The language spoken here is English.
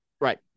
Right